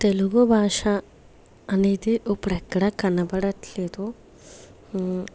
తెలుగు భాష అనేది ఉప్పుడు ఎక్కడ కనబడట్లేదు